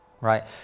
right